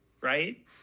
right